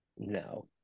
no